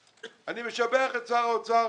אני משבח את שר האוצר.